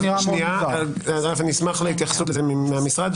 אני אשמח להתייחסות לזה מהמשרד.